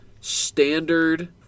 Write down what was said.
standard